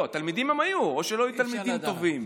לא, תלמידים הם היו, לא היו תלמידים טובים.